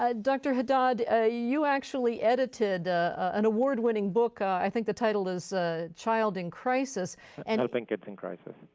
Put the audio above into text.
ah dr. haddad ah you actually edited an award-winning book, i think the title is ah child in crisis and helping kids in crisis.